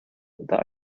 that